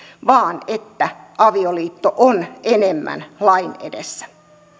vaan että avioliitto on enemmän lain edessä